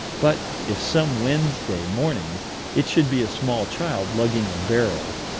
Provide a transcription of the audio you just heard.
but if some wednesday mornings it should be a small child lugging a barrel,